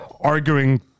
arguing